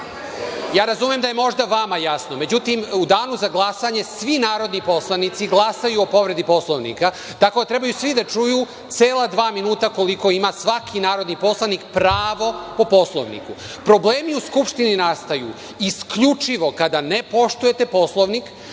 ja razumem da je možda vama jasno. Međutim u Danu za glasanje svi narodni poslanici glasaju o povredi Poslovnika, tako da trebaju svi da čuju cela dva minuta koliko ima svaki narodni poslanik pravo po Poslovniku. Problemi u Skupštini nastaju isključivo kada ne poštujete Poslovnik,